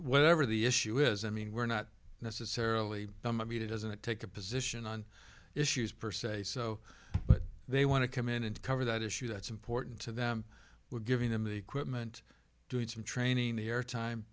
whatever the issue is i mean we're not necessarily i mean it doesn't take a position on issues per say so but they want to come in and cover that issue that's important to them we're giving them the equipment doing some training the air time